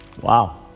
Wow